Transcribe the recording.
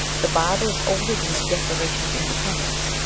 the bible is older than the declaration of independence,